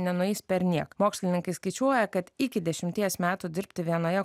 nenueis perniek mokslininkai skaičiuoja kad iki dešimties metų dirbti vienoje